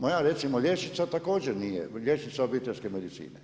Moja recimo liječnica, također nije, liječnica obiteljske medicine.